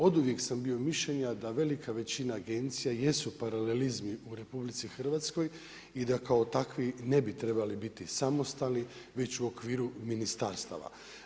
Oduvijek sam bio mišljenja da velika većina agencija jesu paralelizmi u RH i da kao takvi ne bi trebali biti samostalni već u okviru ministarstava.